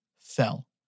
fell